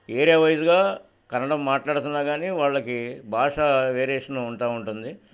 area వైజ్గా కన్నడం మాట్లాడుతున్నా కానీ వాళ్ళకి భాష వేరియేషన్ ఉంటూ ఉంటుంది